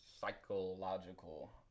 psychological